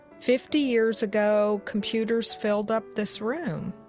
fifty years ago computers filled up this room.